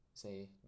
Say